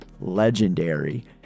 legendary